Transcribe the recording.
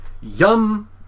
Yum